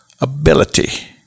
ability